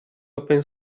open